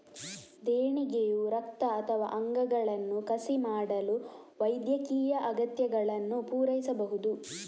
ದೇಣಿಗೆಯು ರಕ್ತ ಅಥವಾ ಅಂಗಗಳನ್ನು ಕಸಿ ಮಾಡಲು ವೈದ್ಯಕೀಯ ಅಗತ್ಯಗಳನ್ನು ಪೂರೈಸಬಹುದು